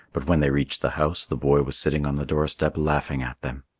but when they reached the house, the boy was sitting on the doorstep laughing at them.